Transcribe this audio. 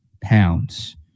pounds